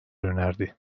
önerdi